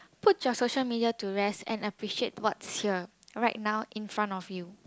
put your social media to rest and appreciate what's here right now in front of you